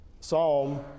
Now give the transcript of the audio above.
Psalm